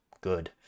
good